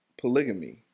Polygamy